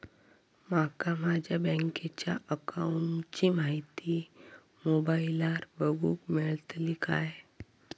माका माझ्या बँकेच्या अकाऊंटची माहिती मोबाईलार बगुक मेळतली काय?